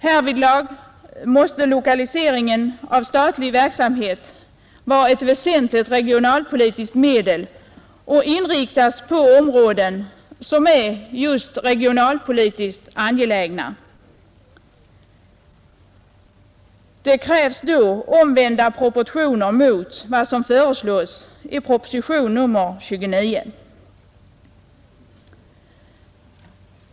Härvidlag måste lokalisering av statlig verksamhet vara ett väsentligt regionalpolitiskt medel och inriktas på områden som är just regionalpolitiskt angelägna. Det krävs då omvända proportioner mot vad som föreslås i propositionen 29.